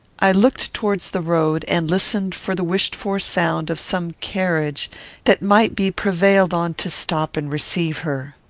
i looked towards the road, and listened for the wished-for sound of some carriage that might be prevailed on to stop and receive her.